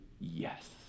yes